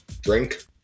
drink